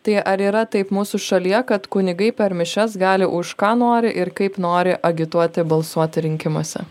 tai ar yra taip mūsų šalyje kad kunigai per mišias gali už ką nori ir kaip nori agituoti balsuoti rinkimuose